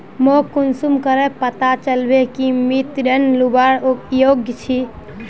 मोक कुंसम करे पता चलबे कि मुई ऋण लुबार योग्य छी?